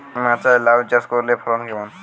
মাচায় লাউ চাষ করলে ফলন কেমন?